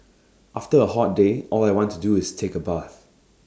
after A hot day all I want to do is take A bath